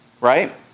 Right